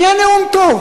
היה נאום טוב,